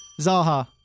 Zaha